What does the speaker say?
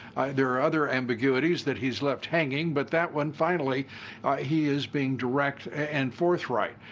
there are other ambiguities that he's left hanging, but that one finally he is being direct and forthright.